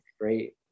great